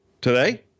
today